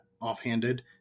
offhanded